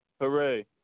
hooray